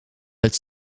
het